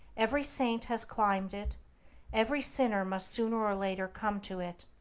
every saint has climbed it every sinner must sooner or later come to it,